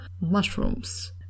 mushrooms